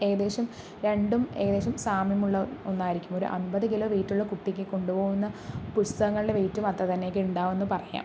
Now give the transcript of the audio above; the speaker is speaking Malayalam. ഏകദേശം രണ്ടും ഏകദേശം സാമ്യമുള്ള ഒന്നായിരിക്കും ഒരു അൻപത് കിലോ വെയ്റ്റുള്ള കുട്ടിക്ക് കൊണ്ടു പോകുന്ന പുസ്തകങ്ങളുടെ വെയ്റ്റും അത്രതന്നെ ഒക്കെ ഉണ്ടാവുമെന്ന് പറയാം